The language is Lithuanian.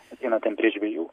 ateina ten prie žvejų